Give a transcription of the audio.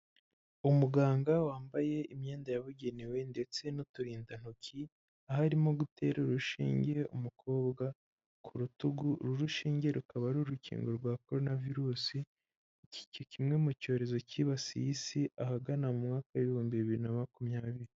Umuganga wambaye imyenda yabugenewe, ndetse n'uturindantoki, aho arimo gutera urushingire umukobwa ku rutugu, uru rushinge rukaba ari urukingo rwa coronavirusi, kimwe mu cyorezo cyibasiye isi ahagana mu mwaka w'ibihumbi bibiri na makumyabiri.